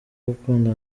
gukunda